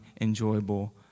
enjoyable